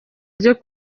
ryo